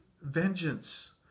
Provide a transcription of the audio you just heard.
vengeance